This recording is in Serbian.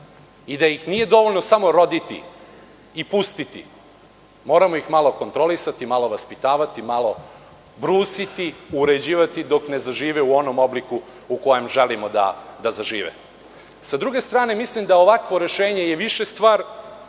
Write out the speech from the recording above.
i da ih nije dovoljno samo roditi i pustiti, moramo ih malo kontrolisati, malo vaspitavati, malo brusiti, uređivati, dok ne zažive u onom obliku u kojem želimo da zažive.S druge strane, mislim da je ovakvo rešenje više stvar